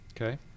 Okay